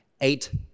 eight